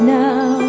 now